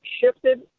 shifted